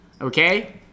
okay